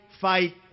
fight